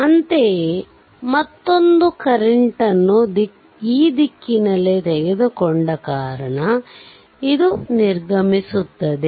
ಅಂತೆಯೇ ಮತ್ತೊಂದು ಕರೆಂಟ ನ್ನು ಈ ದಿಕ್ಕಿನಲ್ಲಿ ತೆಗೆದುಕೊಂಡ ಕಾರಣ ಇದು ನಿರ್ಗಮಿಸುತ್ತದೆ